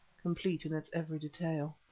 complete in its every detail.